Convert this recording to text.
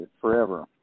Forever